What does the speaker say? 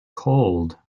cold